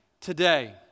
today